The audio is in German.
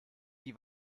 die